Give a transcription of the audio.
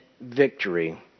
victory